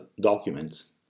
documents